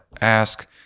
ask